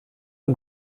and